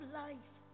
life